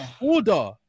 Order